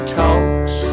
talks